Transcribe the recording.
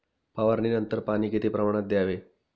फवारणीनंतर पाणी किती प्रमाणात द्यावे?